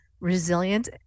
resilient